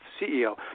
CEO